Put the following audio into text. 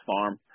farm